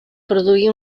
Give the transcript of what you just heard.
produí